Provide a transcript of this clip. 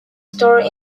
store